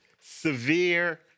severe